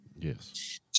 Yes